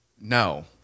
No